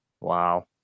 Wow